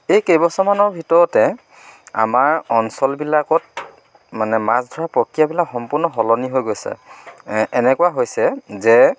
এই কেইবছৰমানৰ ভিতৰতে আমাৰ অঞ্চলবিলাকত মানে মাছ ধৰা প্ৰক্ৰিয়াবিলাক সম্পূৰ্ণ সলনি হৈ গৈছে এনেকুৱা হৈছে যে